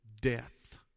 death